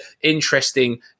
interesting